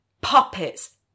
puppets